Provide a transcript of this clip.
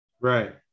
Right